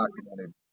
documented